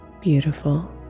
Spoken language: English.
beautiful